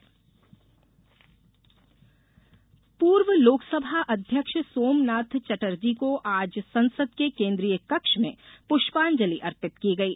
सोमनाथ श्रद्धांजलि पूर्व लोकसभा अध्यक्ष सोमनाथ चटर्जी को आज संसद के केन्द्रीय कक्ष में पुष्पांजलि अर्पित की गई